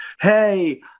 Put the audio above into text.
hey